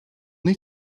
need